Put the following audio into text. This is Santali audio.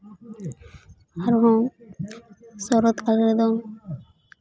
ᱟᱨᱦᱚᱸ ᱥᱚᱨᱚᱛ ᱠᱟᱞ ᱨᱮᱫᱚ